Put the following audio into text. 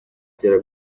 itera